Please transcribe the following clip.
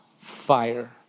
fire